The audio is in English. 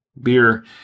beer